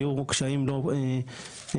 היו קשיים מעטים,